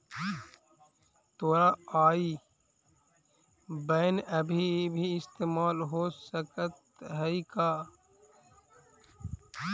तोरा IBAN अभी भी इस्तेमाल हो सकऽ हई का?